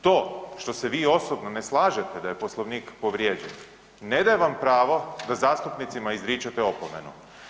To što se vi osobno ne slažete da je Poslovnik povrijeđen ne daje vam pravo da zastupnicima izričete opomenu.